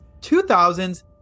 2000s